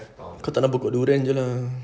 kau tanam pokok durian jer lah